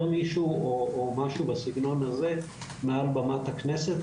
מישהו או משהו בסגנון הזה מעל במת הכנסת.